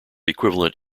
equivalent